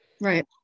right